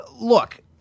look